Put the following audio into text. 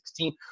2016